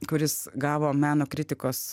kuris gavo meno kritikos